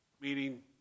Meaning